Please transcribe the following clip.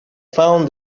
found